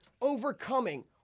Overcoming